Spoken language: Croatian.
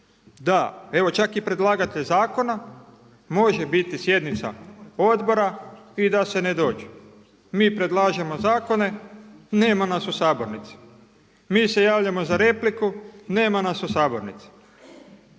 da, evo čak i predlagatelj zakona, može biti sjednica odbora i da se ne dođe. Mi predlažemo zakone nema nas u sabornici. Mi se javljamo za repliku nema nas u sabornici.